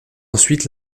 ensuite